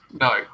No